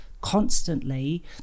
constantly